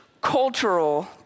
cultural